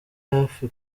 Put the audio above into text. hafi